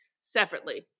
Separately